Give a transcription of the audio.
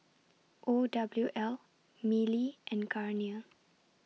O W L Mili and Garnier